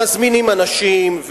מזמינים אנשים,